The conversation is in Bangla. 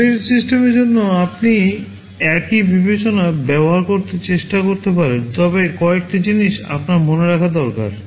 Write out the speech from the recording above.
এম্বেডেড সিস্টেমের জন্য আপনি একই বিবেচনা ব্যবহার করতে চেষ্টা করতে পারেন তবে কয়েকটি জিনিস আপনার মনে রাখা দরকার